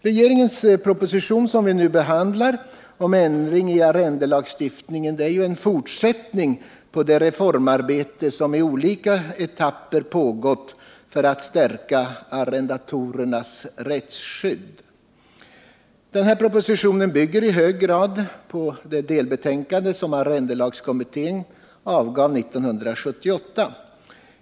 Regeringens proposition om ändring i arrendelagstiftningen, som vi nu behandlar, är en fortsättning på det reformarbete som i olika etapper pågått för att stärka arrendatorernas rättsskydd. Den bygger i hög grad på det delbetänkande som arrendelagskommittén avgav 1978.